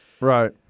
Right